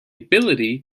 ability